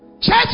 Church